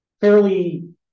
fairly